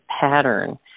pattern